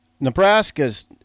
Nebraska's